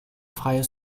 freie